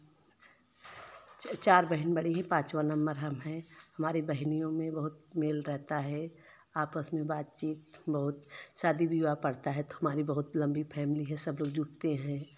चार बहन बड़ी हैं पाँचवा नंबर हम हैं हमारी बहनियों में बहुत मेल रहता है आपस में बात चीत बहुत शादी विवाह पड़ता है तो हमारी बहुत लंबी फैमिली है सब लोग जुड़ते हैं